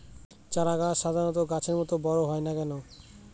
চারা গাছ সাধারণ গাছের মত বড় হয় না কেনো?